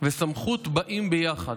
וסמכות באות ביחד.